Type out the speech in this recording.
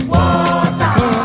Water